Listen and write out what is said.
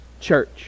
church